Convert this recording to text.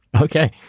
Okay